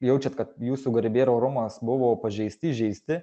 jaučiat kad jūsų garbė ir orumas buvo pažeisti įžeisti